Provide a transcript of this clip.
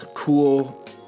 Cool